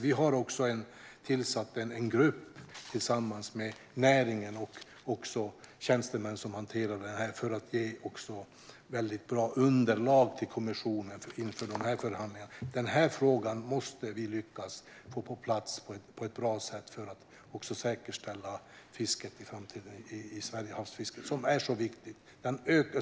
Vi har också tillsatt en grupp med näringen och tjänstemän som hanterar detta för att ge bra underlag till kommissionen inför dessa förhandlingar. Denna fråga måste vi lyckas lösa på ett bra sätt för att säkerställa det viktiga svenska havsfiskets framtid.